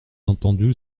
entendu